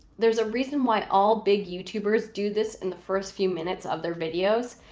there's a reason why all big youtubers do this in the first few minutes of their videos.